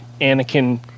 Anakin